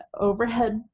overhead